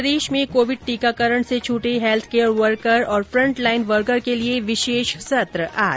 प्रदेश में कोविड टीकाकरण से छूटे हैल्थ केयर वर्कर और फ्रंट लाइन वर्कर के लिए विशेष सत्र आज